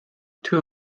two